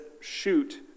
shoot